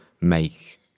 make